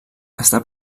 està